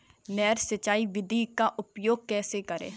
नहर सिंचाई विधि का उपयोग कैसे करें?